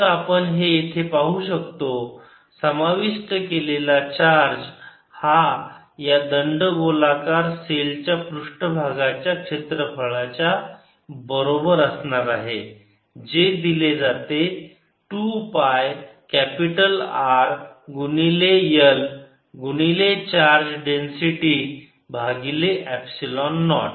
2πrL 2πRLσ0E Rσ0r तर आपण येथे पाहू शकतो समाविष्ट केलेला चार्ज हा या दंडगोलाकार सेलच्या पृष्ठभागाच्या क्षेत्रफळाच्या बरोबर असणार आहे जे असे दिले जाते 2 पाय कॅपिटल R गुणिले L गुणिले चार्ज डेन्सिटी भागिले एप्सिलॉन नॉट